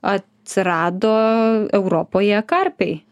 atsirado europoje karpiai